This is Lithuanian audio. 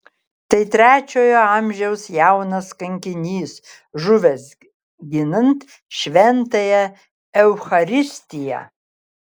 tai trečiojo amžiaus jaunas kankinys žuvęs ginant šventąją eucharistiją